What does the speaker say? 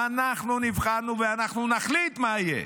אנחנו נבחרנו, ואנחנו נחליט מה יהיה,